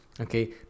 okay